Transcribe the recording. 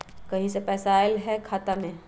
कहीं से पैसा आएल हैं खाता में?